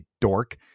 dork